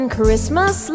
Christmas